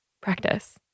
practice